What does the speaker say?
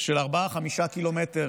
של ארבעה, חמישה קילומטרים